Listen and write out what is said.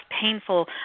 painful